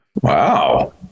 Wow